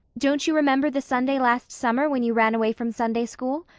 don't you remember the sunday last summer when you ran away from sunday school?